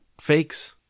fakes